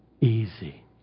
easy